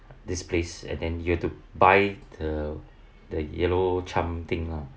this place and then you have to buy the the yellow charm thing lah